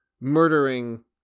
murdering